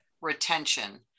retention